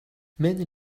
many